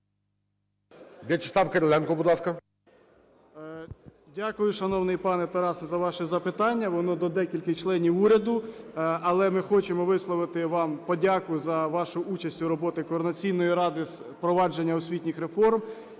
Дякую, шановний пане Тарасе, за ваше запитання. Воно до декількох членів уряду, але ми хочемо висловити вам подяку за вашу участь у роботі Координаційної ради з провадження освітніх реформ.